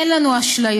אין לנו אשליות.